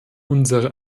unsere